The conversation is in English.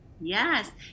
Yes